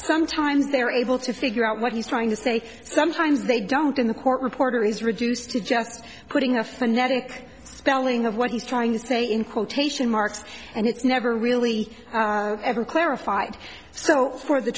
sometimes they are able to figure out what he's trying to say sometimes they don't in the court reporter is reduced to just putting a phonetic spelling of what he's trying to say in quotation marks and it's never really ever clarified so for the